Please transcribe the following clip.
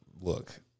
look